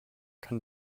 kann